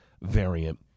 variant